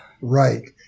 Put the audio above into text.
right